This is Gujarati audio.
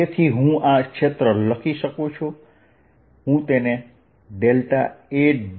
તેથી હું આ ક્ષેત્ર લખી શકું છું હું તેને A